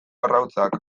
arrautzak